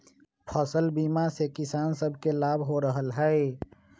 फसल बीमा से किसान सभके लाभ हो रहल हइ